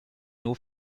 nur